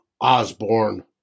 Osborne